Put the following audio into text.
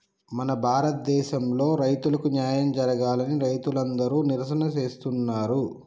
మన భారతదేసంలో రైతులకు న్యాయం జరగాలని రైతులందరు నిరసన చేస్తున్నరు